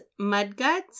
Mudguts